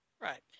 Right